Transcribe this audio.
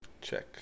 check